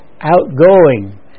outgoing